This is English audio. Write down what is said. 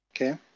Okay